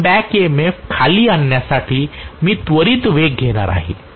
मुळात back EMF खाली आणण्यासाठी मी त्वरित वेग घेणार आहे